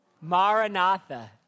Maranatha